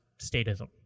statism